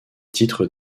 titres